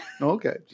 Okay